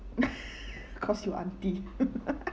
cause you auntie